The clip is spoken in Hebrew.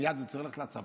מייד הוא צריך ללכת לצבא.